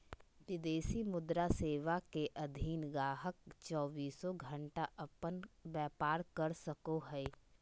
विदेशी मुद्रा सेवा के अधीन गाहक़ चौबीसों घण्टा अपन व्यापार कर सको हय